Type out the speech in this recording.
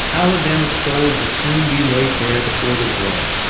alabama's soul will soon be laid bare before the world.